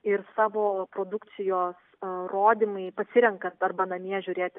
ir savo produkcijos rodymai pasirenkant arba namie žiūrėti